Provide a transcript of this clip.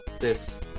this-